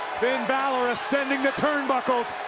finn balor ascending the turnbuckles.